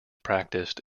practiced